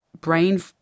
brain